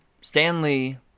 Stanley